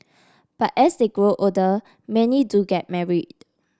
but as they grow older many do get married